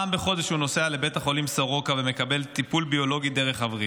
אחת לחודש הוא נוסע לבית החולים סורוקה ומקבל טיפול ביולוגי דרך הווריד.